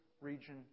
region